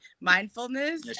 mindfulness